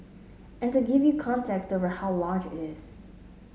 and to give you context over how large it is